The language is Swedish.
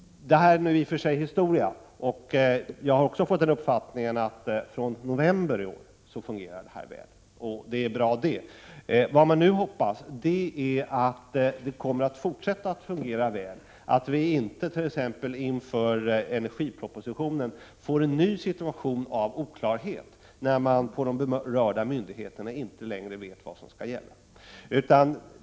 Det är nu i och för sig historia, och jag har också fått uppfattningen att från november i år fungerar det väl, och det är bra. Vad man nu hoppas är att det kommer att fortsätta att fungera väl, att vi "inte t.ex. inför energipropositionen får en ny situation av oklarhet, att de berörda myndigheterna inte längre vet vad som skall gälla.